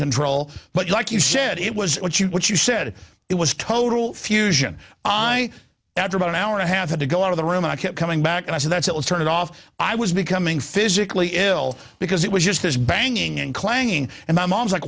control but like you said it was what you what you said it was total fusion i after about an hour and a half had to go out of the room and i kept coming back and i said that's it was turn it off i was becoming physically ill because it was just there's banging and clanging and my mom's like